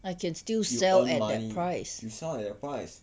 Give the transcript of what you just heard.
I can still sell at that price